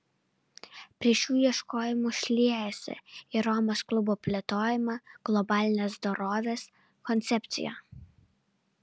prie šių ieškojimų šliejasi ir romos klubo plėtojama globalinės dorovės koncepcija